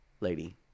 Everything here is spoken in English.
lady